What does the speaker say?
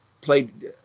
played